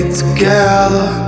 together